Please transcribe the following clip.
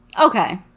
Okay